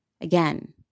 Again